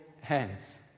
hands